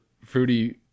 Fruity